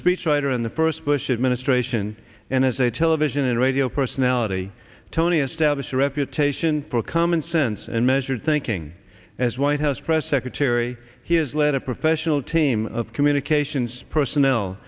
speechwriter in the first bush administration and as a television and radio personality tony established a reputation for common sense and measured thinking as white house press secretary he has led a professional team of communications personnel